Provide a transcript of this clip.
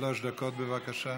שלוש דקות, בבקשה.